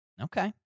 okay